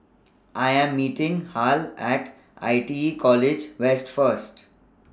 I Am meeting Hal At I T E College West First